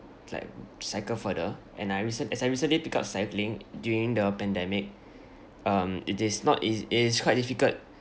like cycle further and I recen~ as I recently picked up cycling during the pandemic um it is not ea~ it is quite difficult